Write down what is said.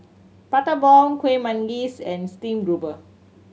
Prata Bomb Kuih Manggis and stream grouper